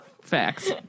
Facts